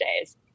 days